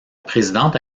présidente